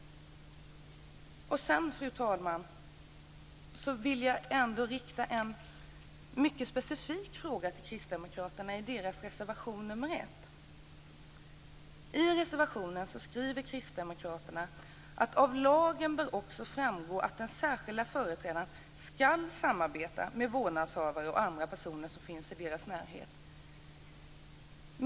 Fru talman! Jag vill rikta en mycket specifik fråga till Kristdemokraterna som gäller deras reservation nr 1. I reservationen skriver Kristdemokraterna att av lagen bör också framgå att den särskilda företrädaren ska samarbeta med vårdnadshavare och andra personer som finns i barnets närhet.